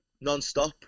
non-stop